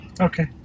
Okay